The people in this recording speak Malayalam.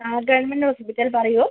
ആ ഗവൺമെൻറ്റ് ഹോസ്പിറ്റൽ പറയൂ